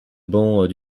bancs